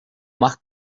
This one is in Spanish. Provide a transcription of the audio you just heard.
más